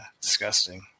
disgusting